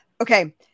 okay